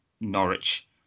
Norwich